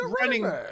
running